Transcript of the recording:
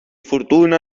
fortuna